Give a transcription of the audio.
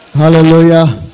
Hallelujah